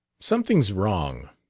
something's wrong.